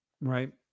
right